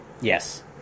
Yes